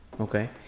Okay